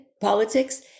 politics